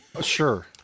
Sure